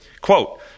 Quote